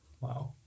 wow